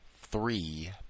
three